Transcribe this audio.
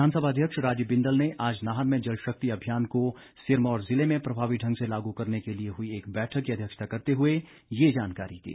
विधानसभा अध्यक्ष राजीव बिंदल ने आज नाहन में जलशक्ति अभियान को सिरमौर ज़िले में प्रभावी ढंग से लागू करने के लिए हई एक बैठक की अध्यक्षता करते हुए ये जानकारी दी